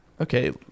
Okay